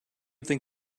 think